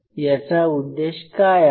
याचा उद्देश काय आहे